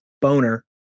boner